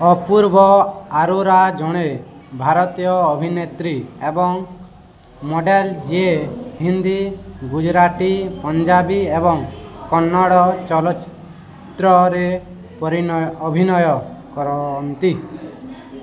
ଅପୂର୍ବ ଆରୋରା ଜଣେ ଭାରତୀୟ ଅଭିନେତ୍ରୀ ଏବଂ ମଡ଼େଲ୍ ଯିଏ ହିନ୍ଦୀ ଗୁଜୁରାଟୀ ପଞ୍ଜାବୀ ଏବଂ କନ୍ନଡ଼ ଚଳଚ୍ଚିତ୍ରରେ ପରିନୟ ଅଭିନୟ କରନ୍ତି